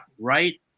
right